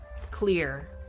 clear